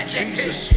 Jesus